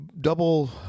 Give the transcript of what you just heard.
double